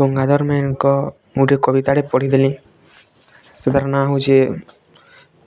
ଗଙ୍ଗାଧର ମେହେରଙ୍କ ଗୋଟିଏ କବିତାଟେ ପଢ଼ି ଥିଲି ସେଟାର ନାଁ ହଉଛି